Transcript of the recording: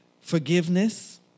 forgiveness